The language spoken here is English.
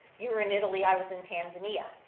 you were in italy, i was in tanzania.